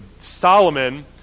Solomon